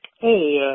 Hey